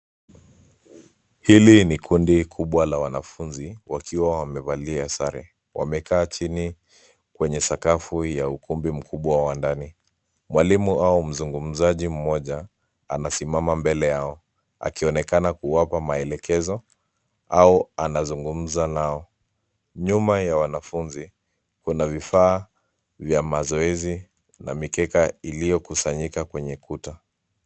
Hili ni kundi kubwa la wanafunzi wakiwa wamevalia sare. Wamekaa chini kwenye sakafu ya ukumbi mkubwa wa ndani . Mwalimu au mzungumzaji mmoja anasimama mbele yao akionekana kuwapa maelekezo au anazungumza nao . Nyuma ya wanafunzi, kuna vifaa vya mazoezi na mikeka iliyokusanyika kwenye kuta.